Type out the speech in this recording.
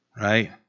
right